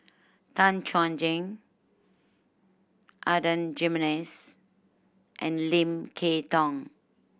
Tan Chuan Jin Adan Jimenez and Lim Kay Tong